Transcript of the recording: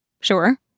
Sure